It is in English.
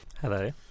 Hello